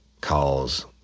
calls